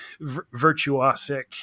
virtuosic